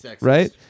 Right